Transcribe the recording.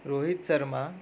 Rohit Sharma